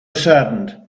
saddened